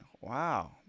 Wow